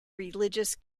religious